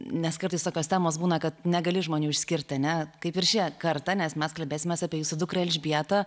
nes kartais tokios temos būna kad negali žmonių išskirti ar ne kaip ir šitą kartą nes mes kalbėsimės apie jūsų dukrą elžbietą